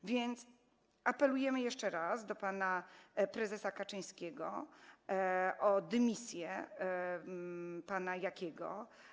A więc apelujemy jeszcze raz do pana prezesa Kaczyńskiego o dymisję pana Jakiego.